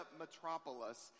metropolis